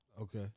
Okay